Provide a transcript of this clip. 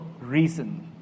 reason